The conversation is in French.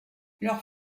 leurs